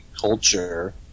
culture